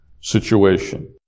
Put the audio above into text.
situation